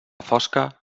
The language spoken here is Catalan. fosca